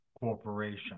corporation